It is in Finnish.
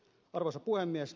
arvoisa puhemies